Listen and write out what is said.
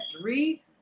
three